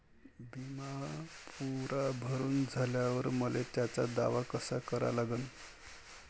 बिमा पुरा भरून झाल्यावर मले त्याचा दावा कसा करा लागन?